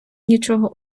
нічого